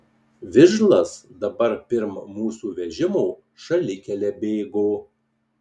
vižlas dabar pirm mūsų vežimo šalikele bėgo